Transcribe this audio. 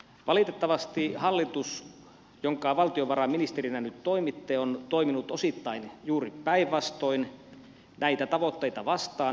valitettavasti hallitus jonka valtiovarainministerinä nyt toimitte on toiminut osittain juuri päinvastoin näitä tavoitteita vastaan